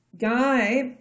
Guy